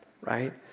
right